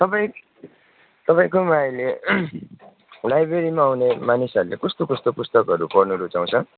तपाईँ तपाईँकोमा अहिले लाइब्रेरीमा आउने मानिसहरूले कस्तो कस्तो पुस्तकहरू पढ्नु रुचाउँछ